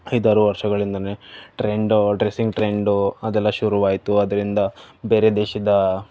ಐದಾರು ವರ್ಷಗಳಿಂದನೇ trend dressing trend ಅದೆಲ್ಲ ಶುರುವಾಯ್ತು ಅದರಿಂದ ಬೇರೆ ದೇಶದ